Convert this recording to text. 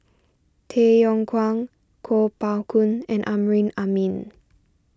Tay Yong Kwang Kuo Pao Kun and Amrin Amin